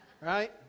right